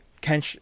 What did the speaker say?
Ken